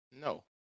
No